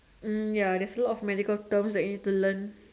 mm ya there's a lot of medical terms you need to learn